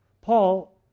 Paul